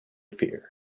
fear